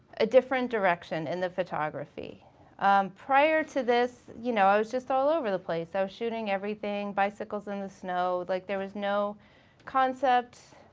a different direction in the photography prior to this, you know, i was just all over the place. i was shooting everything, bicycles in the snow. like there was no concept,